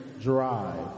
drive